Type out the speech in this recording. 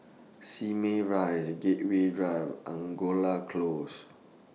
Simei Rise Gateway Drive Angora Close